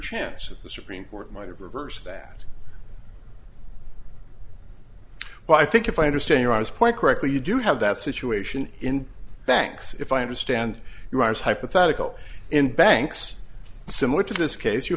chance of the supreme court might have reversed that but i think if i understand your eyes point correctly you do have that situation in banks if i understand your eyes hypothetical in banks similar to this case you